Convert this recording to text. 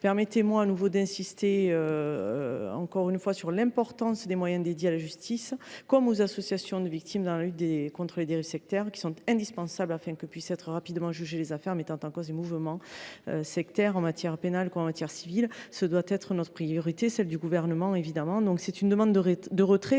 Permettez moi d’insister encore sur l’importance des moyens consacrés à la justice et aux associations de victimes dans la lutte contre les dérives sectaires, qui sont indispensables pour que puissent être rapidement jugées les affaires mettant en cause des mouvements sectaires, en matière pénale comme en matière civile. Ce doit être notre priorité. La commission demande le retrait